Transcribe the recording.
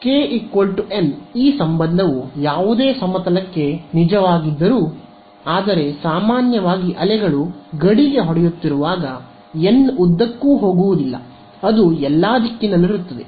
ಆದ್ದರಿಂದ k n ಈ ಸಂಬಂಧವು ಯಾವುದೇ ಸಮತಲಕ್ಕೆ ನಿಜವಾಗಿದ್ದರೂ ಆದರೆ ಸಾಮಾನ್ಯವಾಗಿ ಅಲೆಗಳು ಗಡಿಗೆ ಹೊಡೆಯುತ್ತಿರುವಾಗ ಎನ್ ಉದ್ದಕ್ಕೂ ಹೋಗುವುದಿಲ್ಲ ಅದು ಎಲ್ಲಾ ದಿಕ್ಕಿನಲ್ಲಿರುತ್ತದೆ